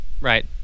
Right